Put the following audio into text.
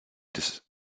des